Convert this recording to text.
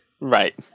Right